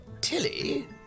Tilly